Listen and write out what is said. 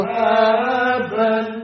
heaven